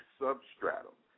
substratum